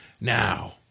Now